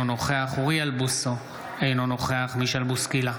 אינו נוכח אוריאל בוסו, אינו נוכח מישל בוסקילה,